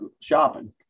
shopping